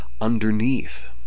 underneath